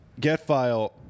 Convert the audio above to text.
GetFile